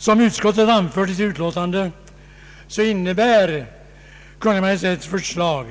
Som utskottet anför i sitt utlåtande innebär Kungl. Maj:ts förslag